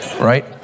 right